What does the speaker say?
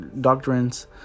doctrines